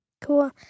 Cool